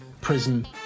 prison